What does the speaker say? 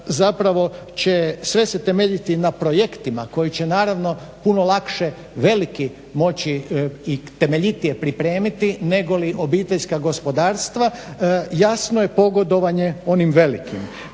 zapravo će sve se temeljiti na projektima koji će naravno puno lakše veliki moći i temeljitije pripremiti, negoli obiteljska gospodarstva jasno je pogodovanje onim velikim.